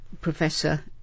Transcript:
Professor